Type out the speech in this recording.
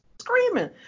screaming